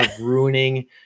ruining